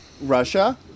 Russia